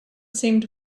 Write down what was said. seemed